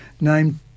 named